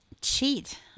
cheat